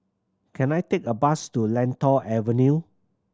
can I take a bus to Lentor Avenue